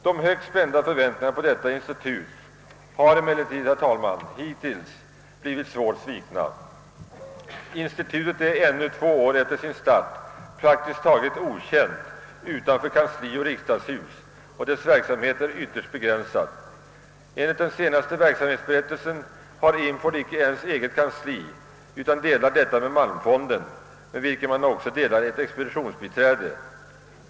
De högt spända förhoppningarna på detta institut har emellertid, herr talman, hittills blivit svårt svikna. Institutet är ännu två år efter sin start praktiskt taget okänt utanför kanslioch riksdagshus, och dess verksamhet är ytterst begränsad. Enligt den senaste verksamhetsberättelsen har INFOR inte ens ett eget kansli utan delar detta — liksom ett expeditionsbiträde — med Malmfonden.